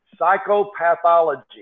psychopathology